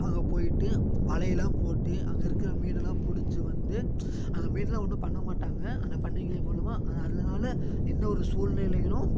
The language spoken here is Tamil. அங்கே போய்ட்டு வலையெல்லாம் போட்டு அங்கேருக்குற மீனலாம் பிடிச்சி வந்து அந்த மீன்லாம் ஒன்றும் பண்ணமாட்டாங்க அந்த பண்டிகை மூலமாக அது அதுனால இன்னொரு சூழ்நிலைகளும்